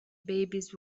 babies